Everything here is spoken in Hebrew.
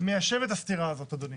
מיישב את הסתירה הזאת, אדוני?